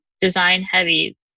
design-heavy